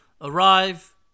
arrive